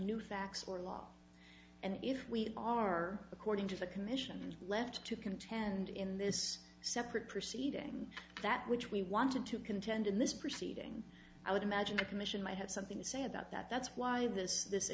new facts or law and if we are according to the commission left to contend in this separate proceeding that which we wanted to contend in this cheating i would imagine the commission might have something to say about that that's why this this